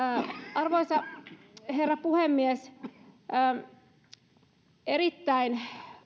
arvoisa herra puhemies erittäin